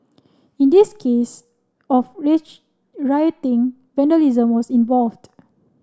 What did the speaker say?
in this case of rich rioting vandalism was involved